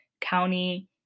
county